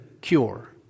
cure